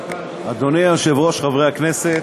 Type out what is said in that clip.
אדוני היושב-ראש, חברי הכנסת,